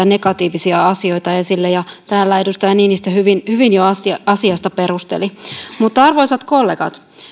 negatiivisia asioita esille ja täällä edustaja niinistö hyvin hyvin jo asiaa perusteli mutta arvoisat kollegat